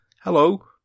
hello